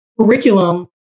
curriculum